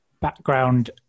background